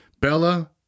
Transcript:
Bella